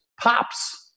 pops